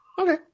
Okay